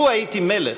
"לו הייתי מלך,